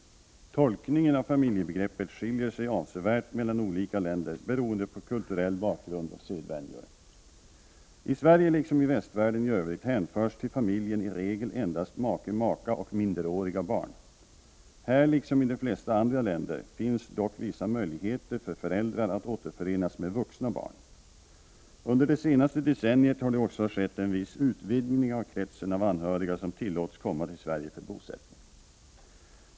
Tolkningen av familjebegreppet skiljer sig avsevärt mellan olika länder beroende på kulturell bakgrund och sedvänjor. I Sverige liksom i västvärlden i övrigt hänförs till familjen i regel endast make/maka och minderåriga barn. Här liksom i de flesta andra länder finns dock vissa möjligheter för föräldrar att återförenas med vuxna barn. Under det senaste decenniet har det också skett en viss utvidgning av kretsen av anhöriga som tillåts komma till Sverige för bosättning.